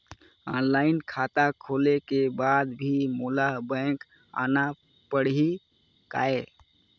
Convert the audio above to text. Online खाता खोले के बाद भी मोला बैंक आना पड़ही काय?